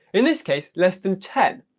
in this case less than ten.